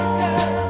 girl